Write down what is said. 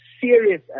serious